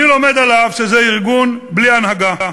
אני לומד עליו שזה ארגון בלי הנהגה,